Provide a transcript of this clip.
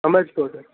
તમે જ કહો સર